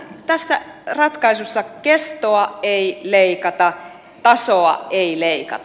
tässä ratkaisussa kestoa ei leikata tasoa ei leikata